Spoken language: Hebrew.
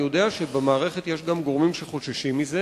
אני יודע שבמערכת יש גם גורמים שחוששים מזה,